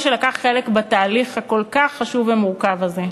שלקח חלק בתהליך הכל-כך חשוב והמורכב הזה: